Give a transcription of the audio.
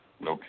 Okay